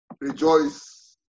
rejoice